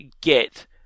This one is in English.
get